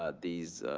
ah these,